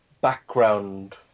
background